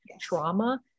trauma